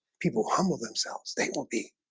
people humble themselves they won't be